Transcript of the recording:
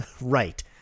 right